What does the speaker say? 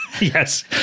Yes